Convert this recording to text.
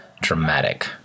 dramatic